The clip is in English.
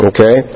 Okay